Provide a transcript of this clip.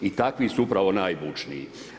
I takvi su upravo najbučniji.